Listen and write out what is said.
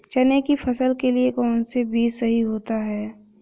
चने की फसल के लिए कौनसा बीज सही होता है?